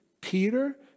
Peter